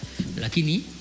Lakini